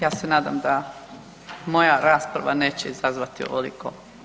Ja se nadam da moja rasprava neće izazvati ovoliko.